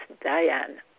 Diane